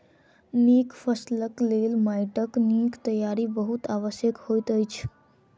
नीक फसिलक लेल माइटक नीक तैयारी बहुत आवश्यक होइत अछि